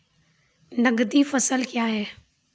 नगदी फसल क्या हैं?